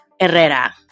Herrera